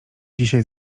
dzisiaj